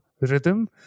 rhythm